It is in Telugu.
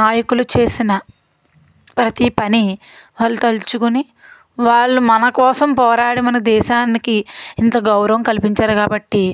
నాయకులు చేసిన ప్రతీ పనీ వాళ్ళు తలచుకొని వాళ్ళు మనకోసం పోరాడి మన దేశానికి ఎంత గౌరవం కల్పించారు కాబట్టి